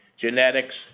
genetics